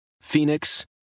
Phoenix